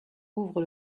ouvre